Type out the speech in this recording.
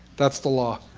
that's the law.